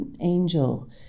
angel